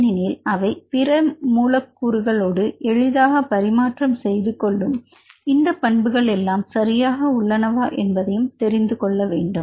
ஏனெனில் அவை பிற மூல கூறுகளோடு எளிதாக பரிமாற்றம் செய்துகொள்ளும் இந்த பண்புகள் எல்லாம் சரியாக உள்ளனவா என்பதையும் தெரிந்து கொள்ள வேண்டும்